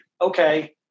okay